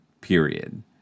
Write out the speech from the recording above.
period